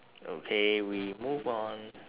okay we move on